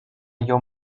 your